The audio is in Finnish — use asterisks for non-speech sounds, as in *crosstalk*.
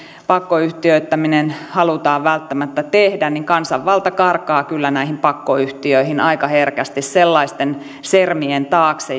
pakkoyhtiöittäminen halutaan välttämättä tehdä että kansanvalta karkaa kyllä näihin pakkoyhtiöihin aika herkästi sellaisten sermien taakse *unintelligible*